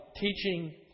teaching